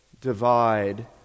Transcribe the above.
divide